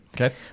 Okay